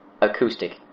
Acoustic